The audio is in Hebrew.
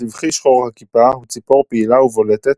הסבכי שחור הכיפה הוא ציפור פעילה ובולטת,